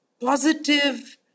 positive